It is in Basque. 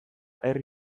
herri